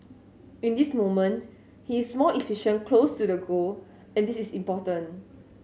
in this moment he is more efficient close to the goal and this is important